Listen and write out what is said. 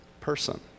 person